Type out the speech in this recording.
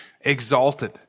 exalted